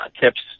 tips